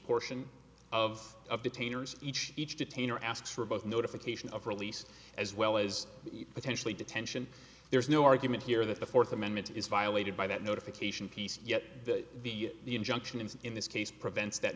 portion of detainers each each detain or ask for both notification of release as well as potentially detention there's no argument here that the fourth amendment is violated by that notification piece yet the the the injunction and in this case prevents that